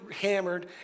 hammered